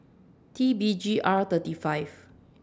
T B G R thirty five